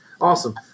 Awesome